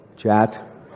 Chat